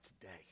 today